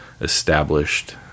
established